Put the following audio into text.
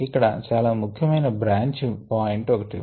ఇక్కడ చాలా ముఖ్యమైన బ్రాంచ్ పాయింట్ ఉంది